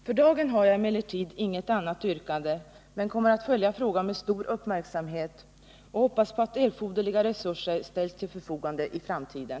För dagen har jag emellertid inget annat yrkande, men kommer att följa frågan med stor uppmärksamhet och hoppas på att erforderliga resurser ställs till förfogande i framtiden.